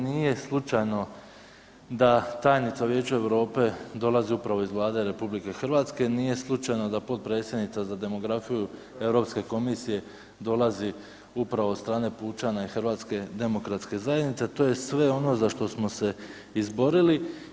Nije slučajno da tajnica u Vijeću Europe dolazi upravo iz Vlade RH, nije slučajno da potpredsjednica za demografiju Europske komisije dolazi upravo od strane pučana i HDZ-a, to je sve ono za što smo se izborili.